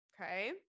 Okay